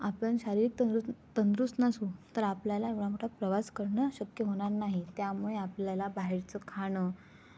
आपण शारीरिक तंदुरू तंदुरूस्त नसू तर आपल्याला एवढा मोठा प्रवास करणं शक्य होणार नाही त्यामुळे आपल्याला बाहेरचं खाणं